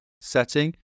setting